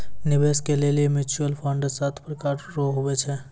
निवेश के लेली म्यूचुअल फंड सात प्रकार रो हुवै छै